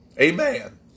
Amen